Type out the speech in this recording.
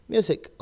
Music